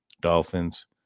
Dolphins